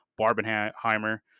barbenheimer